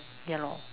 ya lor